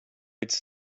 it’s